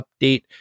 update